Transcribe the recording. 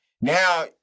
Now